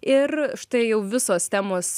ir štai jau visos temos